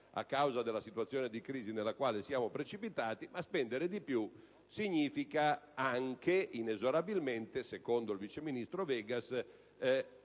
a causa della situazione di crisi nella quale siamo precipitati, ma significherebbe anche, inesorabilmente, secondo il vice ministro Vegas,